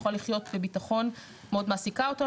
יוכל לחיות בביטחון מאוד מעסיקה אותנו.